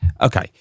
okay